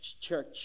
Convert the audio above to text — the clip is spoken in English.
church